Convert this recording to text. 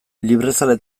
librezale